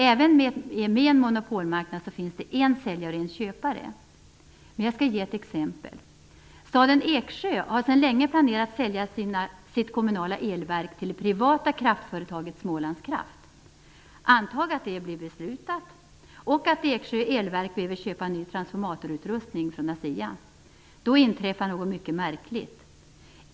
Även med en monopolmarknad finns det en säljare och en köpare, men jag skall ge ett exempel. Staden Eksjö har sedan länge planerat att sälja sitt kommunala elverk till det privata kraftföretaget Smålandskraft. Antag att det blir beslutat och att Eksjö elverk sedan behöver köpa ny transformatorutrustning från ASEA. Då inträffar något mycket märkligt.